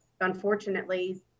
unfortunately